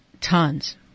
Tons